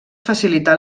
facilitar